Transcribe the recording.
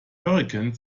hurrikan